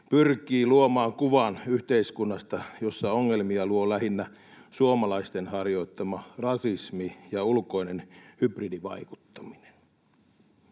pyrkii luomaan kuvan yhteiskunnasta, jossa ongelmia luo lähinnä suomalaisten harjoittama rasismi ja ulkoinen hybridivaikuttaminen.